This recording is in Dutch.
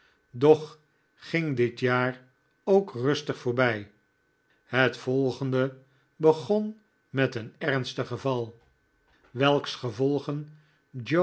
doch ging dit jaar ook rustig voorbij het volgende begon met een ernstig geval welks gevolgen